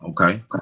okay